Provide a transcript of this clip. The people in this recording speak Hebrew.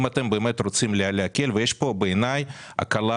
אני חושב שזה